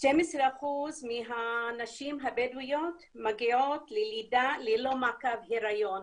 12% מהנשים הבדואיות מגיעות ללידה ללא מעקב היריון.